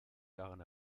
daran